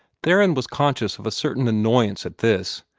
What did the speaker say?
theron was conscious of a certain annoyance at this,